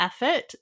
effort